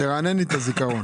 תרענן לי את הזיכרון.